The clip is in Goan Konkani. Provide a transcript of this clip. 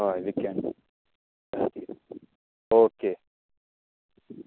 हय विकेन्ड ऑके